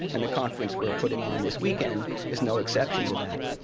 and the conference we're putting on this weekend is no exception to that.